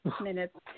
minutes